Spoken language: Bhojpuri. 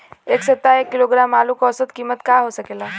एह सप्ताह एक किलोग्राम आलू क औसत कीमत का हो सकेला?